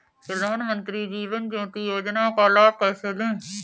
प्रधानमंत्री जीवन ज्योति योजना का लाभ कैसे लें?